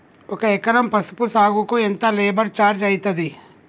ఒక ఎకరం పసుపు సాగుకు ఎంత లేబర్ ఛార్జ్ అయితది?